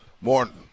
Morning